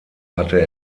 hatte